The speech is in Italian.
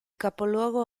capoluogo